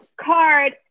card